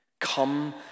Come